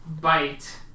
bite